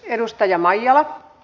arvoisa puhemies